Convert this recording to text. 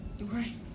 Right